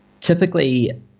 Typically